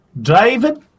David